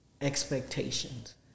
expectations